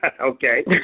okay